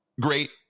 Great